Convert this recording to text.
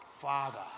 Father